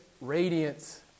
radiance